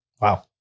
Wow